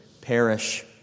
perish